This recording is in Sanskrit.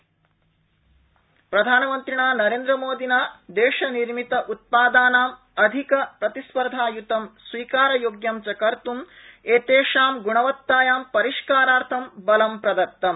P M P L I budget प्रधानमन्त्रिणा नरेन्द्रमोदिना देशनिर्मित उत्पादनानाम् अधिकप्रतिस्पर्धायुतं स्वीकारयोग्यं च कर्तुम् एतेषां ग्णवत्तायां परिष्कारार्थं बलं प्रदत्तम्